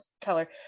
color